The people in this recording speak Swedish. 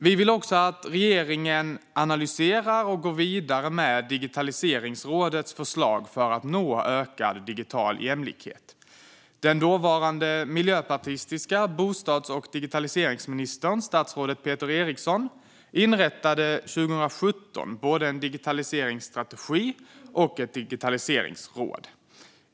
Vi vill också att regeringen analyserar och går vidare med Digitaliseringsrådets förslag för att nå ökad digital jämlikhet. Den dåvarande miljöpartistiska bostads och digitaliseringsministern, statsrådet Peter Eriksson, inrättade 2017 både en digitaliseringsstrategi och ett digitaliseringsråd.